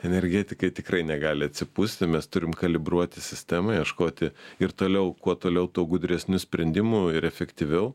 energetikai tikrai negali atsipūsti mes turim kalibruoti sistemą ieškoti ir toliau kuo toliau tuo gudresnių sprendimų ir efektyviau